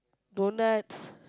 donuts